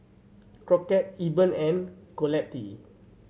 Crockett Eben and Colette